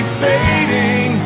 fading